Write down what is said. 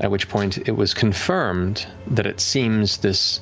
at which point, it was confirmed that it seems this